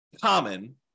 common